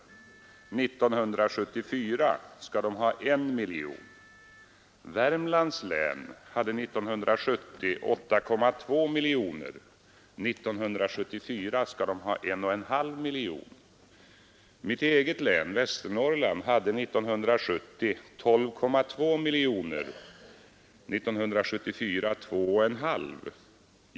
1974 skall länet ha 1 miljon. Värmlands län hade 1970 8,2 miljoner och skall 1974 ha 1,5 miljoner. Mitt eget län, Västernorrlands län, hade 1970 12,2 miljoner — 1974 blir det 2,5 miljoner.